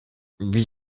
wie